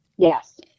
Yes